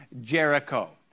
Jericho